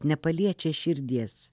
nepaliečia širdies